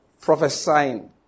prophesying